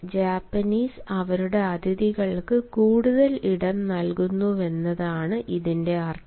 Japanese അവരുടെ അതിഥികൾക്ക് കൂടുതൽ ഇടം നൽകുന്നുവെന്നതാണ് ഇതിന്റെ അർത്ഥം